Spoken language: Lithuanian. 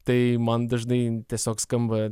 tai man dažnai tiesiog skamba